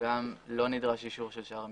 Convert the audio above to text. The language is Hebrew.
גם לא נדרש אישור של שאר המשרדים.